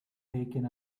taking